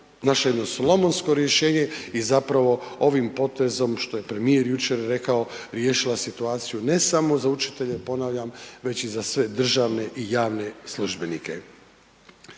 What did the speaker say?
našla jedno slonovsko rješenje i zapravo ovim potezom što je premijer jučer rekao, riješila situaciju ne samo za učitelje ponavljam, već i za sve državne i javne službenike.